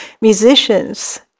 musicians